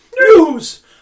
News